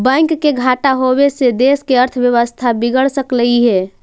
bank के घाटा होबे से देश के अर्थव्यवस्था बिगड़ सकलई हे